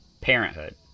parenthood